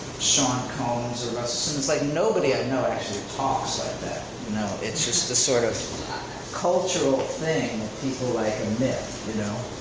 sean combs or russell simmons. like nobody i know actually talks like that. it's just the sort of cultural thing that people like a myth. you know